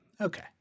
Okay